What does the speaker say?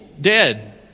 dead